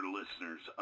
listeners